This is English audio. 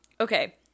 Okay